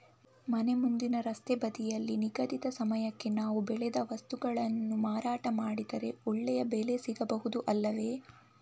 ಮನೆ ಮುಂದಿನ ರಸ್ತೆ ಬದಿಯಲ್ಲಿ ನಿಗದಿತ ಸಮಯಕ್ಕೆ ನಾವು ಬೆಳೆದ ವಸ್ತುಗಳನ್ನು ಮಾರಾಟ ಮಾಡಿದರೆ ಒಳ್ಳೆಯ ಬೆಲೆ ಸಿಗಬಹುದು ಅಲ್ಲವೇ?